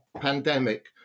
pandemic